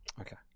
Okay